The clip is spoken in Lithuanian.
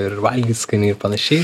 ir valgyt skaniai ir panašiai